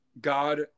God